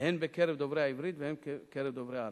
הן בקרב דוברי העברית והן בקרב דוברי הערבית.